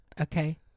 okay